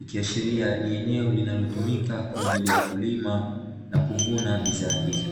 ikiashiria ni eneo linalotumika kwa ajili ya kulima na kuvuna bidhaa hizo.